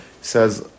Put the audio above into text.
says